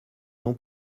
non